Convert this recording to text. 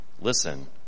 Listen